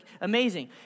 amazing